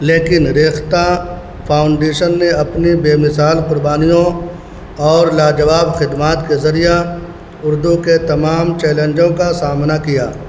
لیکن ریختہ فاؤنڈیشن نے اپنی بےمثال قربانیوں اور لاجواب خدمات کے ذریعہ اردو کے تمام چیلنجوں کا سامنا کیا